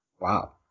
Wow